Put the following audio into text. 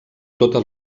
totes